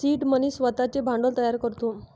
seed money स्वतःचे भांडवल तयार करतो